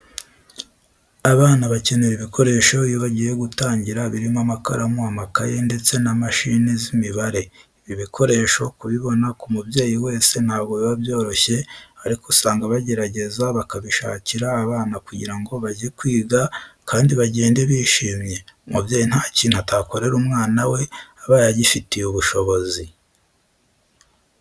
Abana bakenera ibikoresho iyo bagiye gitangira birimo amakaramu, amakereyo ndetse na mashine z'imibare. Ibi bikoresho kubibona ku mubyeyi wese ntabwo biba byoroshye ariko usanga bagerageza bakabishakira abana kugira ngo bajye kwiga kandi bagende bishimye. Umubyeyi nta kintu atakorera umwana we abaye agifitiye ubushobozi.